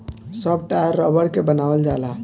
सब टायर रबड़ के बनावल जाला